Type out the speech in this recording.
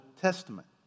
Testament